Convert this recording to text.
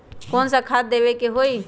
कोन सा खाद देवे के हई?